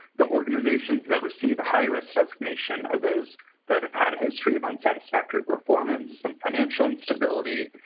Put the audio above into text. the organizations that receive a high-risk designation are those that have had a history of unsatisfactory performance, some financial instability,